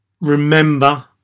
remember